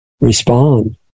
respond